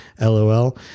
LOL